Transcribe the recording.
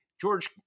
George